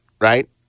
right